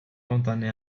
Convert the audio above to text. condamné